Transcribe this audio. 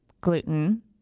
gluten